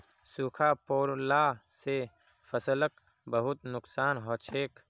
सूखा पोरला से फसलक बहुत नुक्सान हछेक